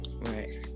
Right